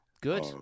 Good